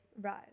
Right